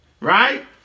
right